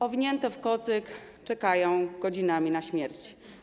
Owinięte w kocyk, czekają godzinami na śmierć.